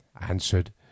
answered